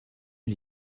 une